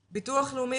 בחוק הביטוח הלאומי